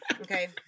Okay